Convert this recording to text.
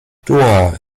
doha